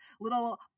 little